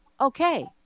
okay